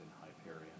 hyperion